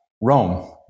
Rome